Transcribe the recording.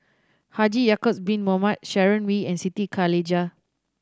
Haji Ya'acob Bin Mohamed Sharon Wee and Siti Khalijah